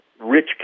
rich